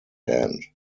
hand